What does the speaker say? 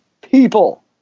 people